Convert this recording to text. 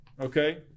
okay